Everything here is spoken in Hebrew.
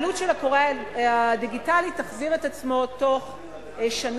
העלות של הקורא הדיגיטלי תחזיר את עצמה בתוך שנה,